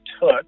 took